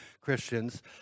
Christians